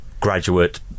graduate